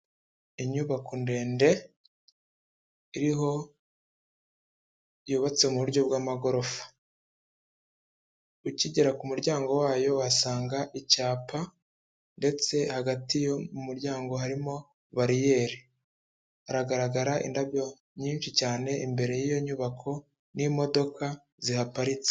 Inyubako ndende iriho yubatse mu buryo bw'amagorofa, ukigera ku muryango wayo uhasanga icyapa ndetse hagati y'umuryango harimo bariyeri, haragaragara indabyo nyinshi cyane imbere y'iyo nyubako n'imodoka zihaparitse.